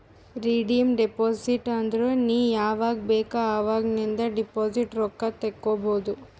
redeem deposit ಅಂದುರ್ ನೀ ಯಾವಾಗ್ ಬೇಕ್ ಅವಾಗ್ ನಿಂದ್ ಡೆಪೋಸಿಟ್ ರೊಕ್ಕಾ ತೇಕೊಬೋದು